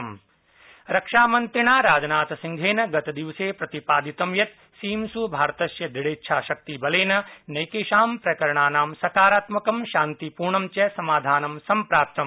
राजनाथसिंह सैन्यबलानि रक्षामन्त्रिणा राजनाथसिंहेन गतदिवसे प्रतिपादितं यत्र सीम्सु भारतस्य दुढ़ेच्छाशक्तिबलेन नैकेषां प्रकरणानां सकारात्मकं शान्तिपूर्णञ्च च समाधानं सम्प्राप्तम्